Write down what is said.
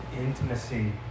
intimacy